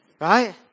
Right